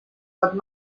but